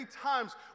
times